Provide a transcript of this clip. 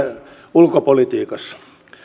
ulkopolitiikassa